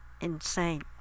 insane